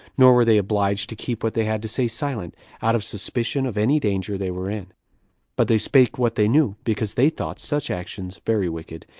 nor were they obliged to keep what they had to say silent, out of suspicion of any danger they were in but they spake what they knew, because they thought such actions very wicked,